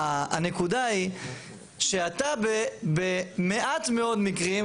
הנקודה היא שאתה במעט מאוד מקרים,